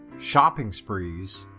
shopping sprees,